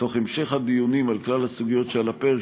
תוך המשך הדיונים על כלל הסוגיות שעל הפרק,